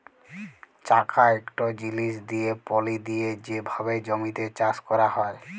চাকা ইকট জিলিস দিঁয়ে পলি দিঁয়ে যে ভাবে জমিতে চাষ ক্যরা হয়